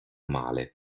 male